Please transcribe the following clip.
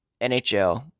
NHL